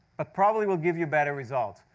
but probably will give you better result.